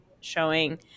showing